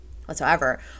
whatsoever